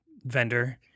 vendor